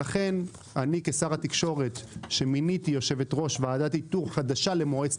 לכן אני כשר התקשורת שמיניתי יושבת-ראש ועדת איתור חדשה למועצת